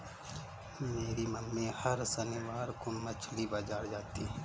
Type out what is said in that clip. मेरी मम्मी हर शनिवार को मछली बाजार जाती है